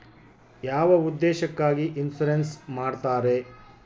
ಯಾವ ಉದ್ದೇಶಕ್ಕಾಗಿ ಇನ್ಸುರೆನ್ಸ್ ಮಾಡ್ತಾರೆ?